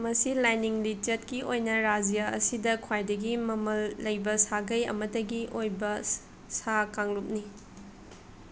ꯃꯁꯤ ꯂꯥꯏꯅꯤꯡ ꯂꯤꯆꯠꯀꯤ ꯑꯣꯏꯅ ꯔꯥꯖ꯭ꯌ ꯑꯁꯤꯗ ꯈ꯭ꯋꯥꯏꯗꯒꯤ ꯃꯃꯜ ꯂꯩꯕ ꯁꯥꯒꯩ ꯑꯃꯈꯛꯇꯒꯤ ꯑꯣꯏꯕ ꯁꯥ ꯀꯥꯡꯂꯨꯞꯅꯤ